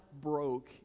broke